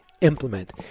implement